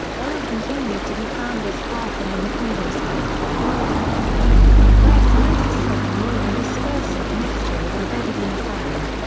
oil continued to be found as far from the macondo site as the florida panhandle, where scientists said the oil and dispersant mixture is embedded in the sand.